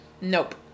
nope